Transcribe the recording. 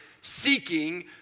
seeking